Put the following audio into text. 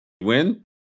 win